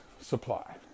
supply